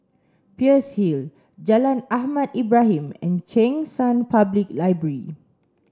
Peirce Hill Jalan Ahmad Ibrahim and Cheng San Public Library